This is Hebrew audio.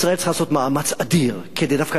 ישראל צריכה לעשות מאמץ אדיר כדי דווקא